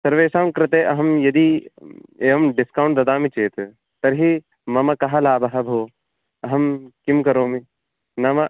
सर्वेषां कृते अहं यदि एवं डिस्कौण्ट् ददामि चेत् तर्हि मम कः लाभः भोः अहं किं करोमि नाम